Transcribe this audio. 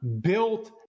built